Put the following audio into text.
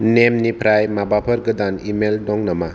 नेमनिफ्राय माबाफोर गोदान इमेइल दं नामा